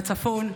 לצפון,